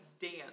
dance